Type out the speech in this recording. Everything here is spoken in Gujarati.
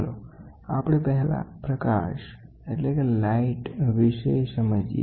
ચાલો આપણે પહેલા પ્રકાશ વિશે સમજીએ